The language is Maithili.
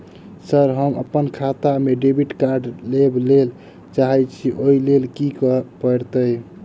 सर हम अप्पन खाता मे डेबिट कार्ड लेबलेल चाहे छी ओई लेल की परतै?